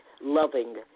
loving